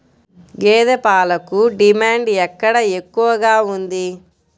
గేదె పాలకు డిమాండ్ ఎక్కడ ఎక్కువగా ఉంది?